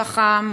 ככה,